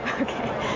okay